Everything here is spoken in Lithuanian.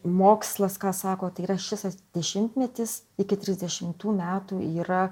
mokslas ką sako tai yra šitas dešimtmetis iki trisdešimtų metų yra